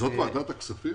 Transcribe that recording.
זאת ועדת הכספים?